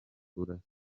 urasa